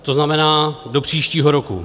To znamená do příštího roku.